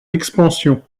expansion